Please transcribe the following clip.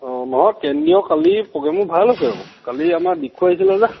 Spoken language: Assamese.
অ নহয় কেন্দ্ৰীয় কালি প্ৰ'গেমবোৰ ভাল হৈছে আকৌ কালি আমাৰ দিক্ষু আহিছিলে যে